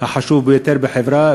החשוב ביותר בחברה.